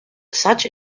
such